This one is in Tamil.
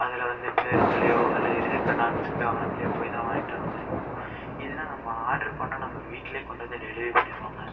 அதில் வந்து பேருந்துலையோ இல்லை இருசக்கர நான்கு சக்கர வாகனத்துலையோ போய் தான் வாங்கிகிட்டு வர மாதிரி இருக்கும் இதுன்னா நம்ம ஆர்டர் பண்ணுனா நம்ம வீட்லையே கொண்டு வந்து டெலிவரி பண்ணிருவாங்க